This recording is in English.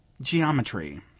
geometry